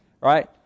Right